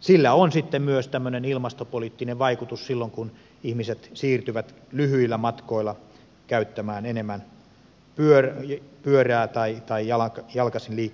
sillä on myös ilmastopoliittinen vaikutus silloin kun ihmiset siirtyvät lyhyillä matkoilla käyttämään enemmän pyörää tai liikkumaan jalkaisin